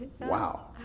Wow